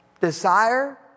Desire